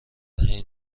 حین